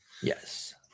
yes